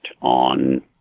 on